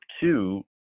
two